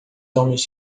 homens